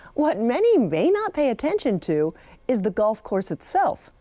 what many may not pay attention to is the golf course itself.